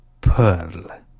Pearl